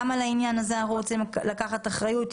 גם על העניין הזה אנחנו רוצים לקחת אחריות.